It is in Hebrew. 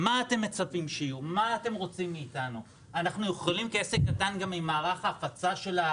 אני רוצה להבחין בין בעלות על בית דפוס,